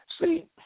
See